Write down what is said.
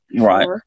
Right